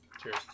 Cheers